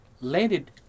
landed